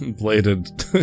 Bladed